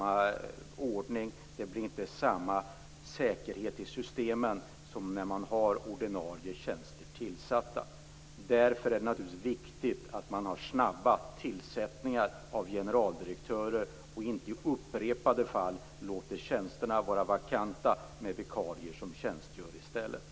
Det blir inte samma säkerhet i systemen som när man har ordinarie tjänster tillsatta. Därför är det naturligtvis viktigt att generaldirektörer tillsätts snabbt och att man inte i upprepade fall låter tjänsterna vara vakanta, med vikarier som tjänstgör i stället.